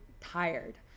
tired